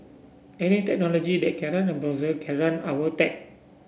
any technology that can run a browser can run our tech